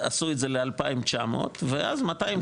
עשו את זה ל-2,900 ואז 200 שקל לקחו מה-